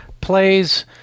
plays